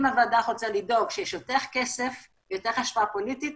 אם הוועדה רוצה לדאוג שיש יותר כסף יותר השפעה פוליטית